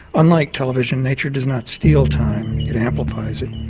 unlike television, nature does not steal time, it amplifies it.